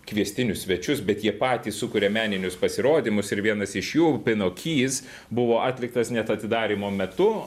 kviestinius svečius bet jie patys sukuria meninius pasirodymus ir vienas iš jų pinokys buvo atliktas net atidarymo metu